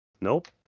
Nope